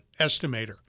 estimator